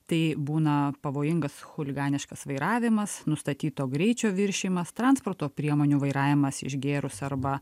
tai būna pavojingas chuliganiškas vairavimas nustatyto greičio viršijimas transporto priemonių vairavimas išgėrus arba